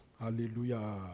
Hallelujah